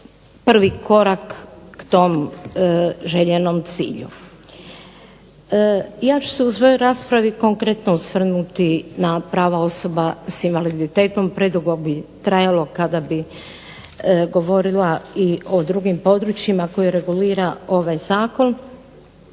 prvi korak k tom željenom cilju. Ja ću se u svojoj raspravi konkretno osvrnuti na prava osoba s invaliditetom, predugo bi trajalo kada bi govorila i o drugim područjima koje regulira ovaj zakon.